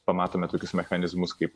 pamatome tokius mechanizmus kaip